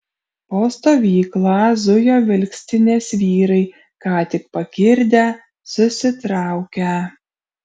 po stovyklą zujo vilkstinės vyrai ką tik pakirdę susitraukę